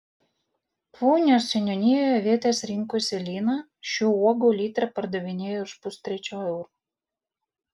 punios seniūnijoje avietes rinkusi lina šių uogų litrą pardavinėjo už pustrečio euro